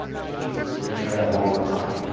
geez. we're gonna try that one more time.